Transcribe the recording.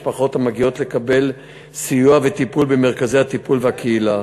המשפחות המגיעות לקבל סיוע וטיפול במרכזי הטיפול והקהילה.